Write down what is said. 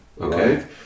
okay